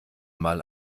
mal